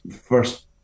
first